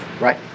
Right